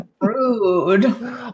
rude